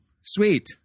sweet